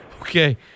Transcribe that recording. Okay